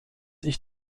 ich